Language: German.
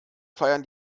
feiern